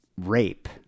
rape